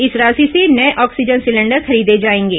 इस राशि से नये ऑक्सीजन सिलेंडर खरीदे जाएंगे